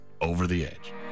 over-the-edge